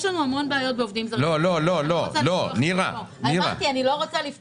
לא יכולתי לראות